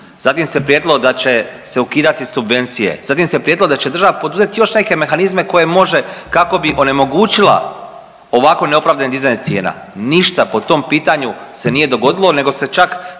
Zatim se prijetilo da će se ukidati subvencije. Zatim se prijetilo da će država poduzeti još neke mehanizme koje može kako bi onemogućila ovako neopravdano dizanje cijena. Ništa po tom pitanju se nije dogodilo, nego se čak